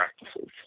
practices